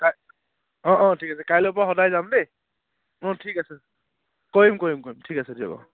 কাই অঁ অঁ ঠিক আছে কাইলৈৰ পৰা সদায় যাম দেই অঁ ঠিক আছে কৰিম কৰিম কৰিম ঠিক আছে দিয়ক অঁ